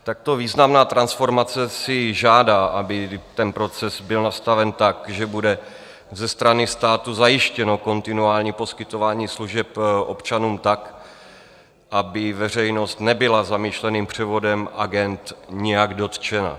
Takto významná transformace si žádá, aby proces byl nastaven tak, že bude ze strany státu zajištěno kontinuální poskytování služeb občanům tak, aby veřejnost nebyla zamýšleným převodem agend nijak dotčena.